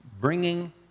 bringing